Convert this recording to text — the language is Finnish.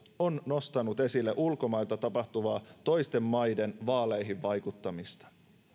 on nostanut esille ulkomailta tapahtuvaa toisten maiden vaaleihin vaikuttamista